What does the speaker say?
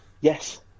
Yes